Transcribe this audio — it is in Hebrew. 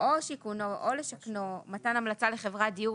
או מתן המלצה לחברת דיור